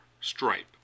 stripe